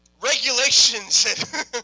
regulations